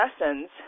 lessons